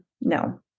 No